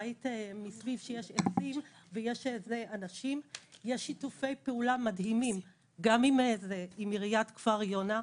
מסביבו עצים ואנשים ושיתופי פעולה מדהימים עם עיריית כפר יונה,